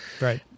Right